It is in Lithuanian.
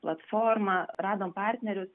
platformą radom partnerius